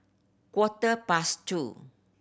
quarter past two